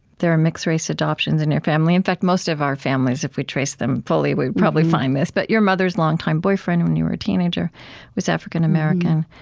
there are mixed race adoptions in your family. in fact, most of our families, families, if we traced them fully, we would probably find this. but your mother's long-time boyfriend when you were a teenager was african american